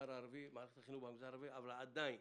למערכת החינוך במגזר הערבי, אבל עדיין